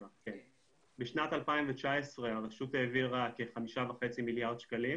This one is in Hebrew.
בשנת 2019 הרשות העבירה כ-5.5 מיליארד שקלים